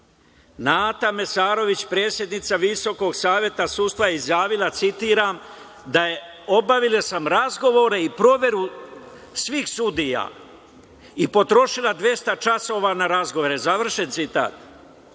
Nata Mesarović predsednica Viskog saveta sudstva je izjavila, citiram – obavila sam razgovor i proveru svih sudija i potrošila 200 časova na razgovore. Završen